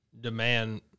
demand